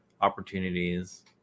opportunities